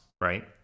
right